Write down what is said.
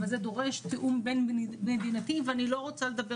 אבל זה דורש תיאום בין מדינתי ואני לא רוצה לדבר